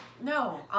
No